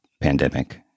pandemic